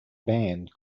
band